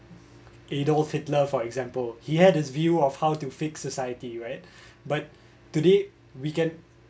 adolf hitler for example he had his view of how to fix society right but today we can